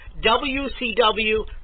WCW